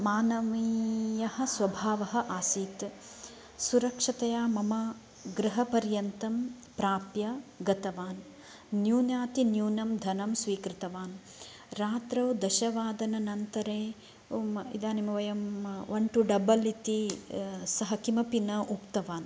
मानवीयः स्वभावः आसीत् सुरक्षितया मम गृहपर्यन्तं प्राप्य गतवान् न्युनातिन्यूनं धनं स्वीकृतवान् रात्रौ दशवादनानन्तरे इदानीं वयं वन् टू डबल् इति सः किमपि न उक्तवान्